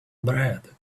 bread